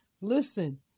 listen